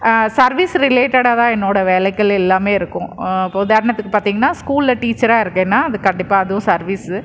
service ரிலேட்டடாக தான் என்னோட வேலைகள் எல்லாம் இருக்கும் இப்போ உதாரணத்துக்கு பார்த்திங்ன்னா ஸ்கூலில் டீச்சராக இருக்கேன்னா அது கண்டிப்பாக அதுவும் சர்வீஸு